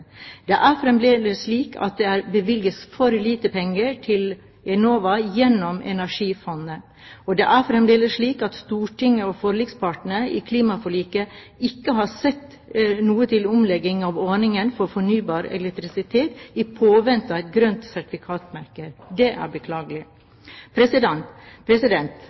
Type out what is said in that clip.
Det er fremdeles slik at det bevilges for lite penger til Enova gjennom Energifondet, og det er fremdeles slik at Stortinget og forlikspartene i klimaforliket ikke har sett noe til omlegging av ordningen for fornybar elektrisitet i påvente av et grønt sertifikat-marked. Det er beklagelig.